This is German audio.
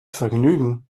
vergnügen